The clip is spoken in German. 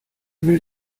will